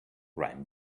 ran